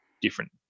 different